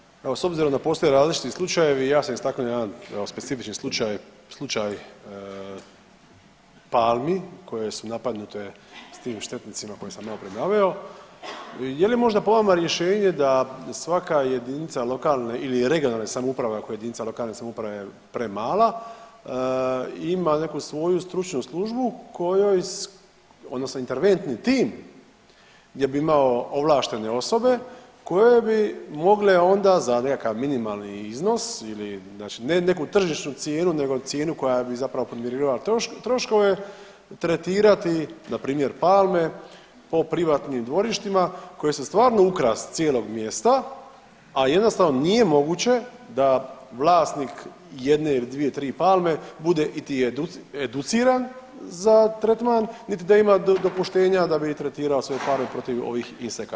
Poštovani kolega, evo s obzirom da postoje različiti slučajevi ja sam istaknuo jedan specifični slučaj, slučaj palmi koje su napadnute s tim štetnicima koje sam maloprije naveo, je li možda po vama rješenje da svaka jedinica lokalne ili regionalne samouprave ako je JLS premala ima neku svoju stručnu službu kojoj odnosno interventni tim gdje bi imao ovlaštene osobe koje bi mogle onda za nekakav minimalni iznos ili znači ne neku tržišnu cijenu nego cijenu koja bi zapravo podmirivala troškove tretirati npr. palme po privatnim dvorištima koje su stvarno ukras cijelog mjesta, a jednostavno nije moguće da vlasnik jedne ili dvije, tri palme bude niti educiran za tretman, niti da ima dopuštenja da bi tretirao svoje palme protiv ovih insekata?